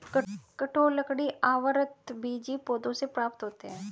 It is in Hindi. कठोर लकड़ी आवृतबीजी पौधों से प्राप्त होते हैं